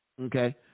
Okay